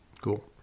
Cool